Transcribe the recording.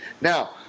Now